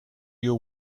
you